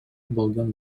болгон